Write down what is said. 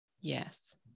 yes